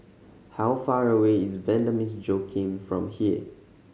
how far away is Vanda Miss Joaquim from here